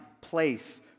place